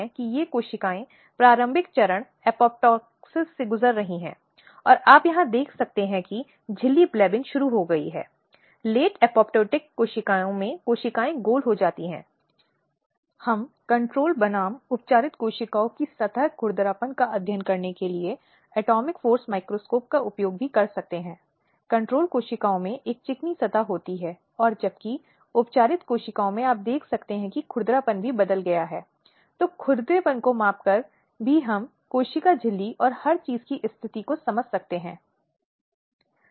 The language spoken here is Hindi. तो ये कुछ महत्वपूर्ण दिशा निर्देश हैं जिन्हें तब बनाए रखा जाता है जब कोई बाल गवाह या नाबालिग होता है जो अदालत में उस घटना के संबंध में गवाही देने से पहले होता है और विशेष रूप से जहां यह महिलाओं के खिलाफ हिंसा के मामलों से संबंधित होता है